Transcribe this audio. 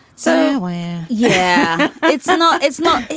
so yeah yeah it's not it's not.